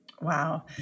Wow